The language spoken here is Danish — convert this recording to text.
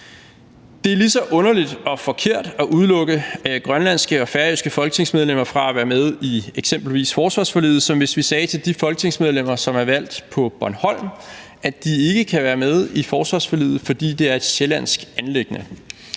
Det er lige så underligt og forkert at udelukke grønlandske og færøske folketingsmedlemmer fra at være med i eksempelvis i forsvarsforliget, som hvis vi sagde til de folketingsmedlemmer, som er valgt på Bornholm, at de ikke kan være med i forsvarsforliget, fordi det er et sjællandsk anliggende.